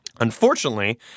Unfortunately